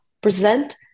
present